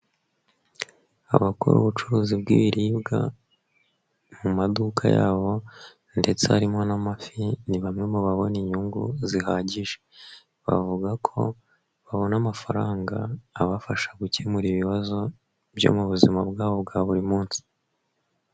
Abakora ubucuruzi bw'ibiribwa mu maduka yabo ndetse harimo n'amafi; ni bamwe mu babona inyungu zihagije bavuga ko babona amafaranga abafasha gukemura ibibazo byo mu buzima bwabo bwa buri munsi.